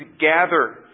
gather